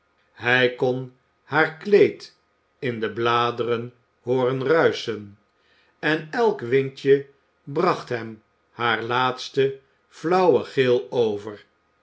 hij kon haar kleed in de bladeren hooren ruischen en elk windje bracht hem haar laatsten flauwen gil over